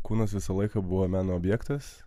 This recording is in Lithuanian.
kūnas visą laiką buvo meno objektas